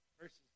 versus